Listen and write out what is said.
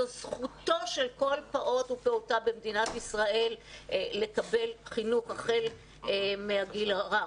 זו זכותו של כל פעוט ופעוטה במדינת ישראל לקבל חינוך החל מהגיל הרך.